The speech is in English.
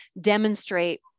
demonstrate